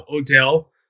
Odell